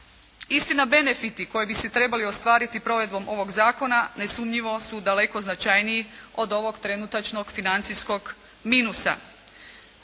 Istina benefiti koji bi se trebali ostvariti provedbom ovog zakona nesumnjivo su daleko značajniji od ovog trenutačnog financijskog minusa.